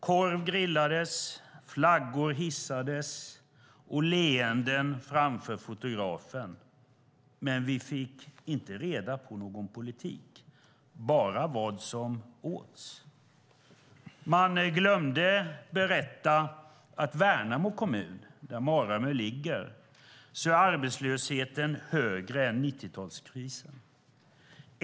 Korv grillades, flaggor hissades och det var leenden framför fotografen. Men vi fick inte reda på någon politik, bara vad som åts. Man glömde berätta att i Värnamo kommun, där Maramö ligger, är arbetslösheten högre än under 90-talskrisen.